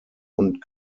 und